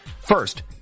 First